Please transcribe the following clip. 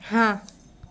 ہاں